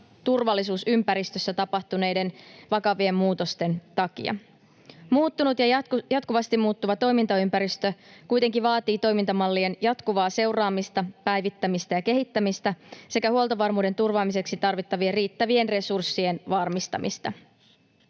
turvallisuusympäristöissä tapahtuneiden vakavien muutosten takia. Muuttunut ja jatkuvasti muuttuva toimintaympäristö kuitenkin vaatii toimintamallien jatkuvaa seuraamista, päivittämistä ja kehittämistä sekä huoltovarmuuden turvaamiseksi tarvittavien riittävien resurssien varmistamista.